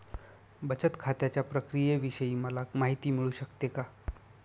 बचत खात्याच्या प्रक्रियेविषयी मला माहिती मिळू शकते का?